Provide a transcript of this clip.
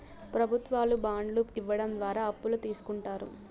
ప్రభుత్వాలు బాండ్లు ఇవ్వడం ద్వారా అప్పులు తీస్కుంటారు